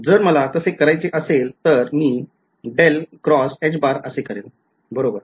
जर मला करायचे असेल तर मी असे करेल बरोबर